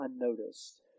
unnoticed